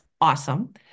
awesome